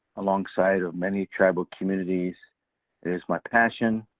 alongside of many tribal communities. it is my passion.